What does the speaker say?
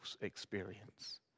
experience